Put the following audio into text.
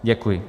Děkuji.